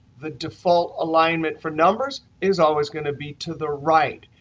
the default alignment for numbers is always going to be to the right.